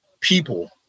people